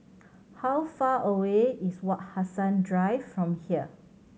how far away is Wak Hassan Drive from here